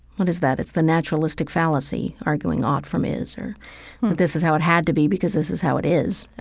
what is that? it's the naturalistic fallacy arguing ought from is and this is how it had to be because this is how it is